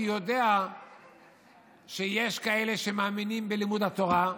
כי הוא יודע שיש כאלה שמאמינים בלימוד התורה,